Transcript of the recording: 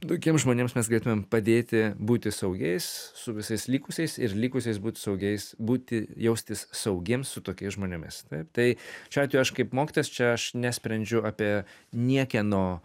tokiems žmonėms mes galėtumėm padėti būti saugiais su visais likusiais ir likusiais būti saugiais būti jaustis saugiems su tokiais žmonėmis taip tai šiuo atveju aš kaip mokytojas čia aš nesprendžiu apie niekieno